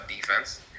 defense